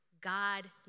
God